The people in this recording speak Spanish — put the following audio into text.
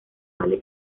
vale